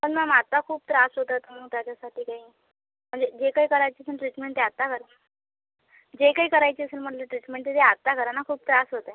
पण मॅम आता खूप त्रास होत आहे तर मग त्याच्यासाठी काही म्हणजे जे काही करायची असेल ट्रीटमेंट ते आत्ता करा जे काही करायची असेल म्हटलं ट्रीटमेंट तर ते आत्ता करा ना खूप त्रास होत आहे